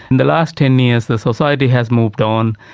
in the last ten years the society has moved on,